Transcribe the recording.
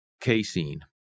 casein